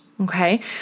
Okay